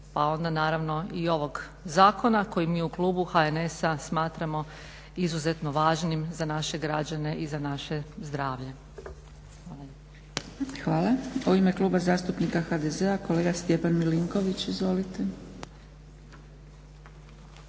pa onda naravno i ovog zakona koji mi u klubu HNS-a smatramo izuzetno važnim za naše građane i za naše zdravlje. Hvala lijepo. **Zgrebec, Dragica (SDP)** Hvala. U ime Kluba zastupnika HDZ-a kolega Stjepan Milinković. Izvolite.